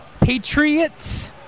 Patriots